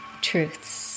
truths